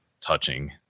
touching